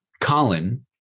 Colin